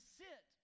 sit